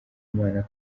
imana